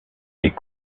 est